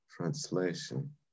translation